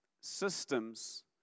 systems